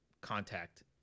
contact